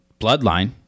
Bloodline